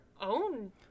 own